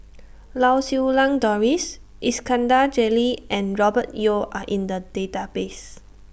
Lau Siew Lang Doris Iskandar Jalil and Robert Yeo Are in The Database